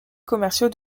commerciaux